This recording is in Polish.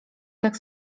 tak